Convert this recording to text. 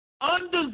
undeserved